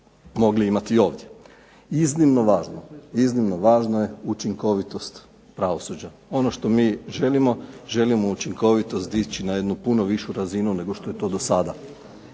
mogli imati i ovdje. Iznimno važno je učinkovitost pravosuđa. Ono što mi želimo, želimo učinkovitost dići na jednu puno višu razinu nego što je to do sada.